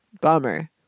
bummer